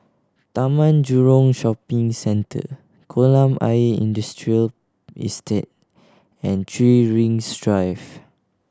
Taman Jurong Shopping Centre Kolam Ayer Industrial Estate and Three Rings Drive